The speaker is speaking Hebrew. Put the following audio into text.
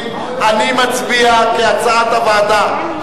כהצעת הוועדה.